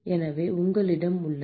எனவே உங்களிடம் உள்ளது